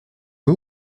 who